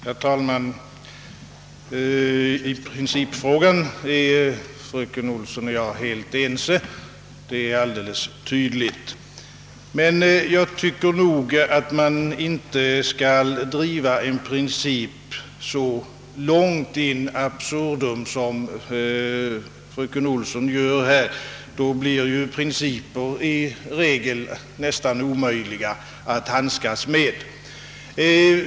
Herr talman! I principfrågan är fröken Olsson och jag helt ense — det är tydligt. Men jag tycker, att man inte skall driva en princip så in absurdum som fröken Olsson nu gör, ty då blir principer i regel nästan omöjliga att handskas med.